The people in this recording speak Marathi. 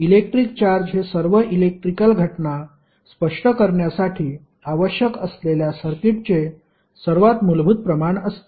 इलेक्ट्रिक चार्ज हे सर्व इलेक्ट्रिकल घटना स्पष्ट करण्यासाठी आवश्यक असलेल्या सर्किटचे सर्वात मूलभूत प्रमाण असते